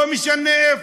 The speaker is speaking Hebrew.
לא משנה איפה,